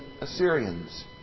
Assyrians